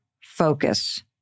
focus